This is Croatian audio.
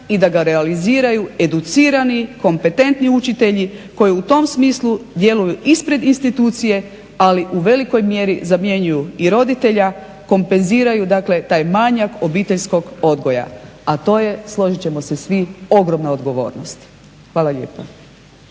i da ga realiziraju educirani, kompetentni učitelji koji u tom smislu djeluju ispred institucije ali u velikoj mjeri zamjenjuju i roditelja, kompenziraju dakle taj manjak obiteljskog odgoja, a to je složit ćemo se svi ogromna odgovornost. Hvala lijepa.